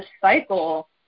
cycle